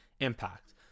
impact